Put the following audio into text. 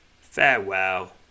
farewell